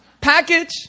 Package